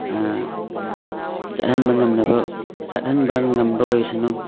ꯆꯠꯍꯟꯕ ꯉꯝꯅꯕ ꯆꯠꯍꯟꯕ ꯉꯝꯕ ꯑꯣꯏꯁꯅꯨ